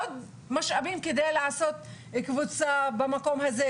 עוד משאבים כדי לעשות קבוצה במקום הזה,